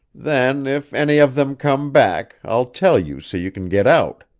then, if any of them come back, i'll tell you so you can get out.